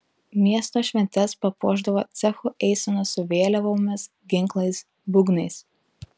miesto šventes papuošdavo cechų eisenos su vėliavomis ginklais būgnais